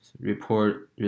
report